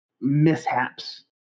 mishaps